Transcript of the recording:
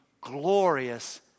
glorious